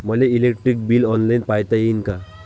मले electric bill online पायता येईन का?